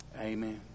Amen